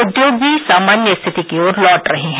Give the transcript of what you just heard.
उद्योग भी सामान्य स्थिति की ओर लौट रहे हैं